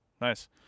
Nice